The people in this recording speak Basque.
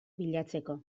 bilatzeko